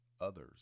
others